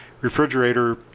refrigerator